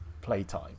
playtime